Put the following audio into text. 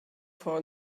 vor